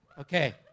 Okay